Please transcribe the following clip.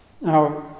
Now